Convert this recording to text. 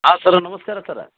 ಹಾಂ ಸರ ನಮಸ್ಕಾರ ಸರ